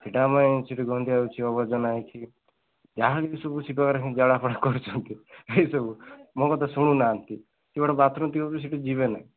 ସେଇଟା ସେଠି ଗନ୍ଧିଆ ହେଇଛି ଆବର୍ଜନା ହେଇକି ଯାହା ବି ସବୁ ହଁ ଜଳା ପୋଡ଼ା କରୁଛନ୍ତି ଏସବୁ ମୋ କଥା ଶୁଣୁନାହାନ୍ତି ସେ ଗୋଟେ ବାଥରୁମ୍ ଥିବ ବି ସେଠି ଯିବେ ନାହିଁ